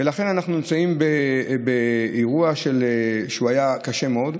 ולכן אנחנו נמצאים באירוע שהיה קשה מאוד.